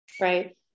Right